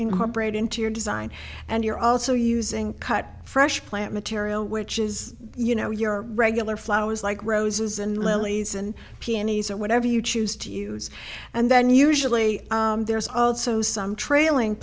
incorporate into your design and you're also using cut fresh plant material which is you know your regular flowers like roses and lilies and peonies or whatever you choose to use and then usually there's also some trailing